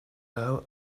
now